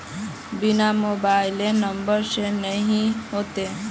बिना mobile number से नहीं होते?